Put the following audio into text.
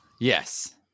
yes